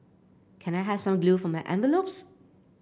can I have some glue for my envelopes